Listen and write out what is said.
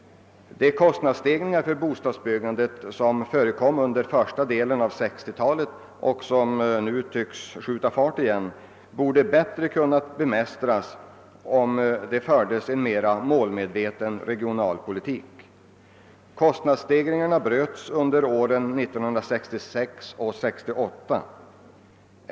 De kostnadsstegringar för bostadsbyggandet, som förekom under första delen av 1960-talet och som nu tycks skjuta fart igen, borde bättre kunna bemästras, om det fördes en mera målmedveten regionalpolitik. Kostnadsstegringarna bröts under åren 1966 till 1968.